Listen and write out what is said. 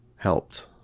helped.